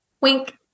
Wink